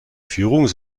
führung